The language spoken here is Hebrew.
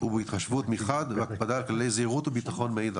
ובהתחשבות מחד והקפדה על כללי זהירות וביטחון מאידך.